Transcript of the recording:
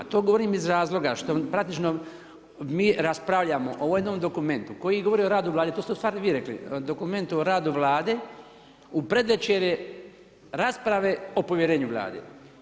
To govorim iz razloga što praktično mi raspravljamo o jednom dokumentu koji govori o radu Vlade, to ste ustvari vi rekli, dokumenti o radu Vlade u predvečerje rasprave o povjerenju Vlade.